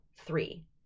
three